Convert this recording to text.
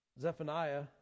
Zephaniah